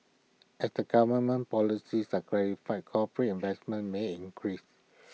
as the government policies are clarified corporate investment may increase